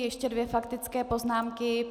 Ještě dvě faktické poznámky.